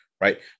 right